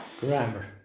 grammar